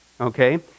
Okay